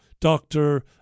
doctor